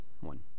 one